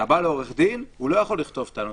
אתה בא לעורך דין והוא לא יכול לכתוב טענות.